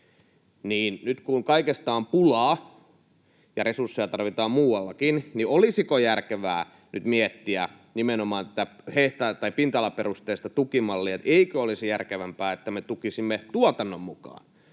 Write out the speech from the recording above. nyt kun kaikesta on pulaa ja resursseja tarvitaan muuallakin, niin olisiko järkevää nyt miettiä nimenomaan tätä pinta-alaperusteista tukimallia, että eikö olisi järkevämpää, että me tukisimme tuotannon mukaan,